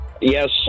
yes